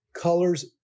colors